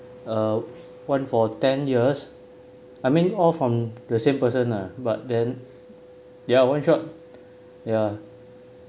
uh one for ten years I mean all from the same person lah but then ya one shot ya